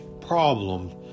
problem